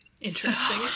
Interesting